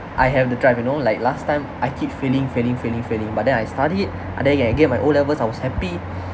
I have the drive you know like last time I keep failing failing failing failing but then I studied ah then then I get my o-levels I was happy